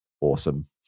awesome